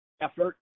effort